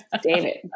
David